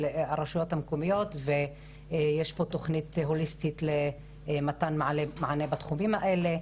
הרשויות המקומיות ויש פה תוכנית הוליסטית למתן מענה בתחומים האלה.